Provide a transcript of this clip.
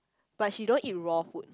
but she don't eat raw food